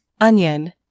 Onion